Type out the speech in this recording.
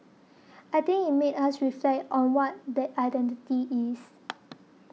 I think it made us reflect on what that identity is